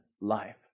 life